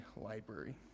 library